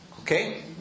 Okay